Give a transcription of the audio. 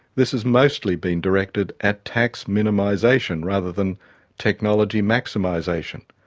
this has mostly been directed at tax minimisation rather than technology maximisation.